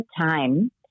time